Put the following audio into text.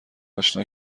آشنا